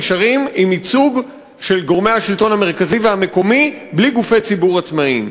נשארות עם ייצוג של גורמי השלטון המרכזי והמקומי בלי גופי ציבור עצמאים.